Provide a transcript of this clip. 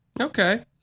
Okay